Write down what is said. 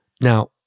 Now